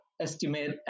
Estimate